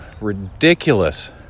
ridiculous